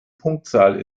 punktzahl